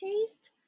taste